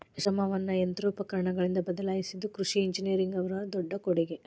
ಶ್ರಮವನ್ನಾ ಯಂತ್ರೋಪಕರಣಗಳಿಂದ ಬದಲಾಯಿಸಿದು ಕೃಷಿ ಇಂಜಿನಿಯರಿಂಗ್ ದವರ ದೊಡ್ಡ ಕೊಡುಗೆ